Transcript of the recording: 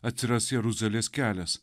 atsiras jeruzalės kelias